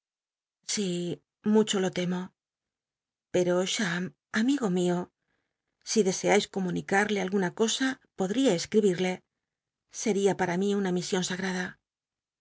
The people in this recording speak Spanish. mucho lo temo l'ero cham amigo mio si dcseais comunicarle alguna cosa podría escribil'le seria para mí una mision sagrada